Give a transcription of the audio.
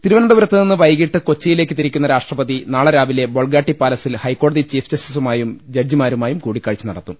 തിരുവനന്തപുരത്തു നിന്ന് വൈകിട്ട് കൊച്ചിയിലേക്ക് തിരി ക്കുന്ന രാഷ്ട്രപതി നാളെ രാവിലെ ബൊൾഗാട്ടി പാലസിൽ ഹൈക്കോടതി ചീഫ് ജസ്റ്റിസുമായും ജഡ്ജിമാരുമായും കൂടി ക്കാഴ്ച നടത്തും